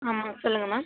ஆமாம் சொல்லுங்கள் மேம்